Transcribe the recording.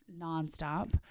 nonstop